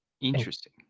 Interesting